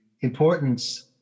importance